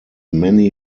many